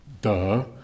Duh